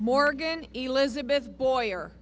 morgan elizabeth boyer